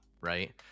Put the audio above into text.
right